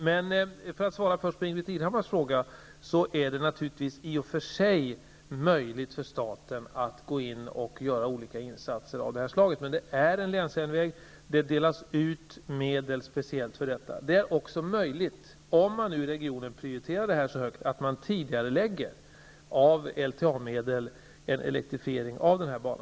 Jag skall besvara Ingbritt Irhammars fråga genom att säga att det i och för sig är möjligt för staten att gå in och göra olika insatser av detta slag. Men det är en länsjärnväg, och det delas ut medel speciellt för detta. Om man i regionen prioriterar detta så högt är det möjligt att med LTA-medel tidigarelägga elektrifieringen av denna bana.